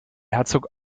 herzog